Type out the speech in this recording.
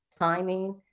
timing